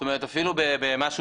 אפילו במשהו